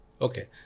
okay